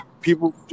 people